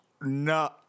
No